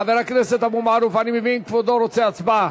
חבר הכנסת אבו מערוף, אני מבין שכבודו רוצה הצבעה.